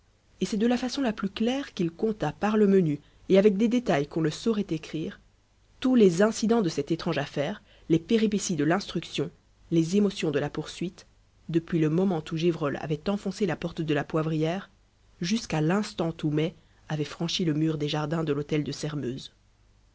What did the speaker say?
et c'est de la façon la plus claire qu'il conta par le menu et avec des détails qu'on ne saurait écrire tous les incidents de cette étrange affaire les péripéties de l'instruction les émotions de la poursuite depuis le moment où gévrol avait enfoncé la porte de la poivrière jusqu'à l'instant où mai avait franchi le mur des jardins de l'hôtel de sairmeuse